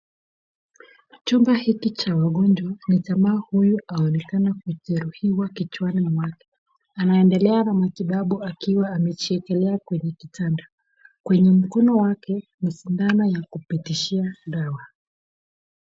Chumba hiki cha wagonjwa kuna jamaa huyu anayeonekana kujeruhiwa kichwani mwake .Anaendelea na matibabu akiwa amejiekelea kwenye kitanda ,kwenye mkono wake kuna sidano ya kupitishia dawa.